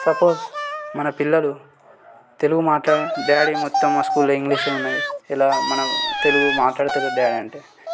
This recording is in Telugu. సపోజ్ మన పిల్లలు తెలుగు మాట్లాడ డాడీ మొత్తం మా స్కూల్లో ఇంగ్లీషే ఉన్నది ఎలా మన తెలుగు మాట్లాడతలే డాడీ అంటే